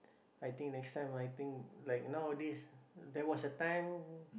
I think next time I think like nowadays there was a time